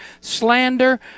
slander